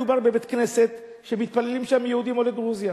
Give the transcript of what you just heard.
מדובר בבית-כנסת שמתפללים בו יהודים עולי גרוזיה